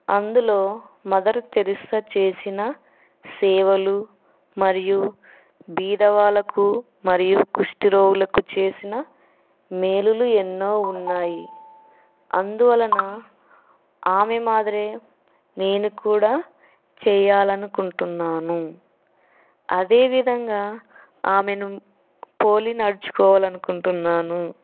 అందులో Mother Teresa చేసిన సేవలు మరియు బీదవాళ్లకు మరియు కుష్టిరోగులకు చేసిన మేలు ఎన్నో ఉన్నాయి అందువలన ఆమె మాదిరి నేను కూడా చేయాలి అనుకుంటున్నాను అదేవిధంగా ఆమెను పోలి నడుచుకోవాలి అనుకుంటున్నాను